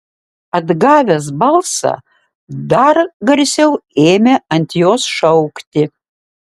atgavęs balsą dar garsiau ėmė ant jos šaukti